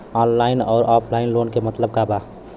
Online अउर offline loan क मतलब का बा?